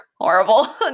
horrible